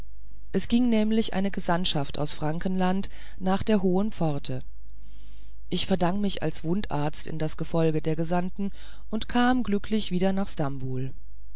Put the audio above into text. es ging nämlich eine gesandtschaft aus frankenland nach der hohen pforte ich verdang mich als wundarzt in das gefolge des gesandten und kam glücklich wieder nach stambul